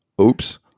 oops